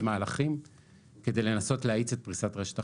מהלכים כדי לנסות להאיץ את פריסת חלק החלוקה.